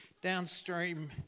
downstream